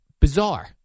Bizarre